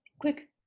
quick